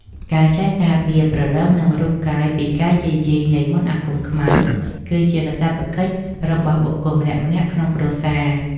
ការចេះការពារព្រលឹងនិងរូបកាយពីការយាយីនៃមន្តអាគមខ្មៅគឺជាកាតព្វកិច្ចរបស់បុគ្គលម្នាក់ៗក្នុងគ្រួសារ។